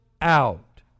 out